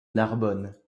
narbonne